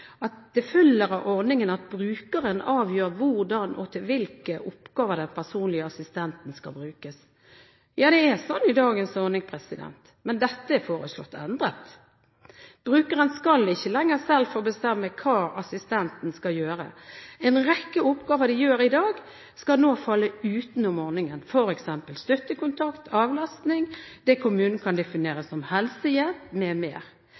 at det følger av ordningen at brukeren avgjør hvordan og til hvilke oppgaver den personlige assistenten skal brukes. Ja, det er sånn i dagens ordning, men dette er foreslått endret. Brukeren skal ikke lenger selv få bestemme hva assistenten skal gjøre. En rekke oppgaver de gjør i dag, skal nå falle utenom ordningen, f.eks. støttekontakt, avlastning, det kommunen kan